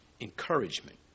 encouragement